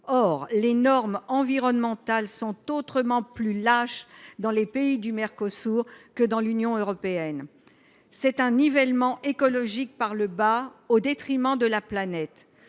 Or les normes environnementales sont autrement plus lâches dans les pays du Mercosur que dans l’Union européenne. Ce nivellement écologique par le bas se fait au détriment de la planète.